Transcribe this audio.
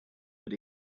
but